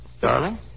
darling